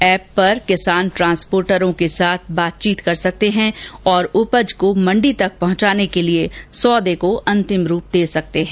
app पर किसान ट्रांसपोर्टरों के साथ बातचीत कर सकते है और उपज को मंडी तक पहुंचाने के लिए सौदे को अंतिम रूप दे सकते है